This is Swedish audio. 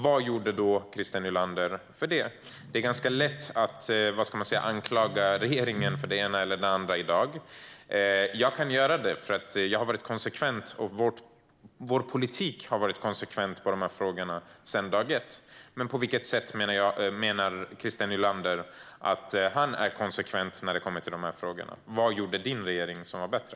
Vad gjorde Christer Nylander åt det? Det är ganska lätt att anklaga regeringen för det ena eller det andra i dag. Jag kan göra det, för jag och vår politik har varit konsekvent i de här frågorna sedan dag ett. Men på vilket sätt menar Christer Nylander att han är konsekvent när det kommer till de här frågorna? Vad gjorde hans regering som var bättre?